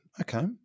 Okay